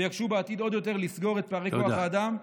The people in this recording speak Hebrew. ויקשו בעתיד עוד יותר לסגור את פערי כוח האדם,